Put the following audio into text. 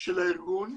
של הארגון,